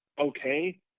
okay